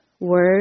word